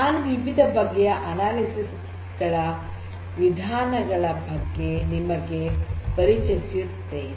ನಾನು ವಿವಿಧ ಬಗೆಯ ಅನಾಲಿಸಿಸ್ ವಿಧಾನಗಳ ಬಗ್ಗೆ ನಿಮಗೆ ಪರಿಚಯಿಸುತ್ತೇನೆ